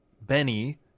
Benny